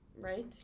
right